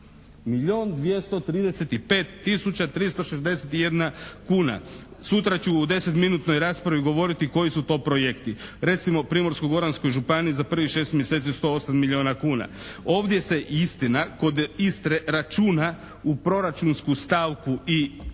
361 kuna. Sutra ću u deset minutnoj raspravi govoriti koji su to projekti. Recimo, u Primorsko-goranskoj županiji za prvih šest mjeseci 108 milijuna kuna. Ovdje se istina kod Istre računa u proračunsku stavku i